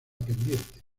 pendiente